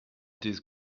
dydd